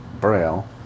Braille